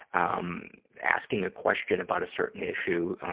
um, asking a question about a certain issue,